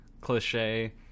cliche